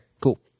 cool